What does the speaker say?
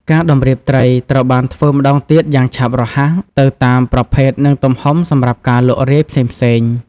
ការតម្រៀបត្រី ត្រូវបានធ្វើម្តងទៀតយ៉ាងឆាប់រហ័សទៅតាមប្រភេទនិងទំហំសម្រាប់ការលក់រាយផ្សេងៗ។